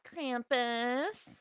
Krampus